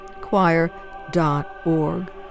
choir.org